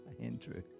Andrew